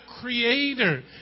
creator